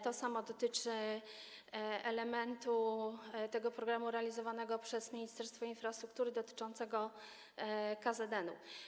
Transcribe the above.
To samo dotyczy elementu tego programu realizowanego przez Ministerstwo Infrastruktury dotyczącego KZN-u.